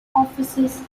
offices